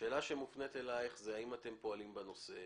השאלה שמופנית אליך זה האם אתם פועלים בנושא.